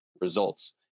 results